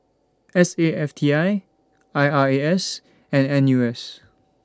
S A F T I I R A S and N U S